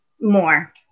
more